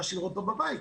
להשאיר אותו בבית,